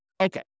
Okay